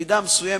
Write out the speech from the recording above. במידה מסוימת,